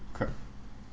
crap